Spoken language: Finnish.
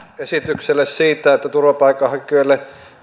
esitykselle siitä että turvapaikanhakijoille